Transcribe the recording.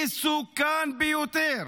מסוכן ביותר.